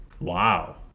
Wow